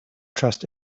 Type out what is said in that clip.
trust